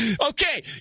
Okay